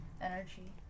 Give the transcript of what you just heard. energy